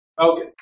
okay